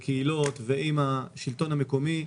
הקהילות ועם השלטון המקומי,